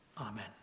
Amen